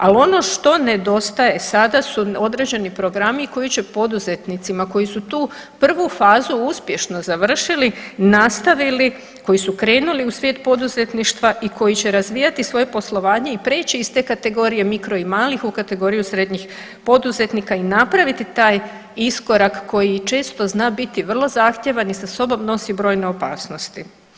Al ono što nedostaje sada su određeni programi koji će poduzetnicima koji su tu prvu fazu uspješno završili, nastavili koji su krenuli u svijet poduzetništva i koji će razvijati svoje poslovanje i preći iz te kategorije mikro i malih u kategoriju srednjih poduzetnika i napraviti taj iskorak koji često zna biti vrlo zahtjevan i sa sobom nosi brojne opasnosti.